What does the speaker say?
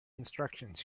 instructions